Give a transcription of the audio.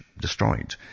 destroyed